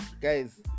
Guys